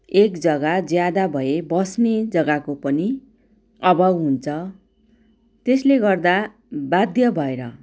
एक जग्गा ज्यादा भए बस्ने जग्गाको पनि अभाव हुन्छ त्यसले गर्दा बाध्य भएर